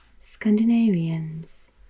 Scandinavians